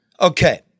Okay